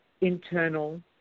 Internal